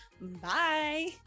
Bye